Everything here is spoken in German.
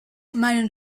meinen